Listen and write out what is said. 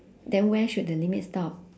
then where should the limit stop